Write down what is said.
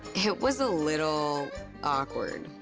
it was a little awkward.